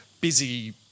busy